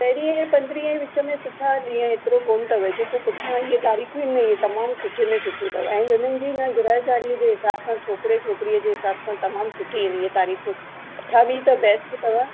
पहिरीं ऐं पंद्रीं विच में सुठा ॾींहुं हेतिरो कोन अथव जेको पुठियां इहा तारीख़ आहिनि इहे तमामु सुठे में सुठियूं अथव ऐं हुननि जी न ग्रहचारीअ जे हिसाबु सां छोकिरे छोकिरी जी हिसाबु सां तमामु सुठी आहिनि इहे तारीख़ूं अठावीह त बैस्ट अथव